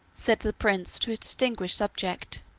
said the prince to his distinguished subject,